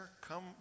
come